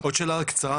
תודה.